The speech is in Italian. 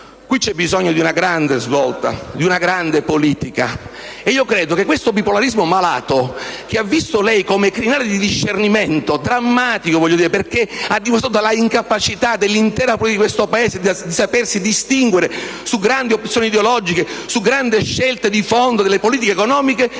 Qui c'è bisogno di una grande svolta, di una grande politica e io credo che oggi questo bipolarismo malato - che ha visto lei come crinale di discernimento drammatico, perché ha dimostrato l'incapacità dell'intera politica di questo Paese di sapersi distinguere su grandi opzioni ideologiche, su grandi scelte di fondo delle politiche economiche,